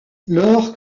laure